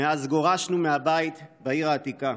מאז גורשנו מהבית בעיר העתיקה.